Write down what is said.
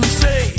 say